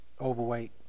overweight